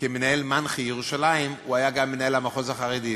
כמנהל מנח"י ירושלים היה גם מנהל המחוז החרדי,